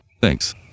thanks